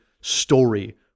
story